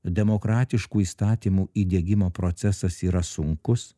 demokratiškų įstatymų įdiegimo procesas yra sunkus